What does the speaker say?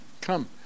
Come